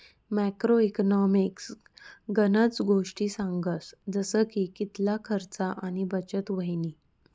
macro economics गनज गोष्टी सांगस जसा की कितला खर्च आणि बचत व्हयनी